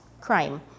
crime